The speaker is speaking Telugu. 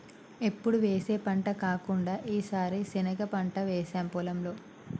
ఎప్పుడు వేసే పంట కాకుండా ఈసారి శనగ పంట వేసాము పొలంలో